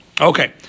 Okay